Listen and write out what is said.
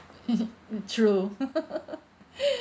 hmm mm true